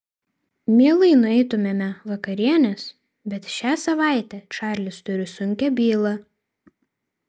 mielai nueitumėme vakarienės bet šią savaitę čarlis turi sunkią bylą